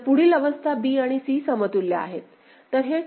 तर पुढील अवस्था b आणि c समतुल्य आहेत